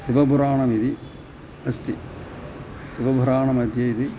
शिवपुराणमिति अस्ति शिवपुराणमध्ये इति